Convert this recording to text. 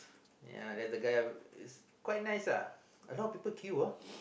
ya then the guy is quite nice uh a lot of people queue ah